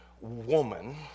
woman